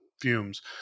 fumes